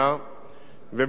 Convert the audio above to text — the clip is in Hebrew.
ובמסגרת הזאת